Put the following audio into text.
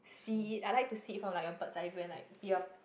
see it I like to see it from like a bird's eye view and like be a p~